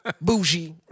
Bougie